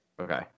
Okay